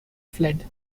fled